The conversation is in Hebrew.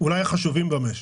אולי החשובים במשק.